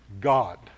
God